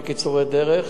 בקיצורי דרך,